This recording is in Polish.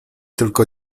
tylko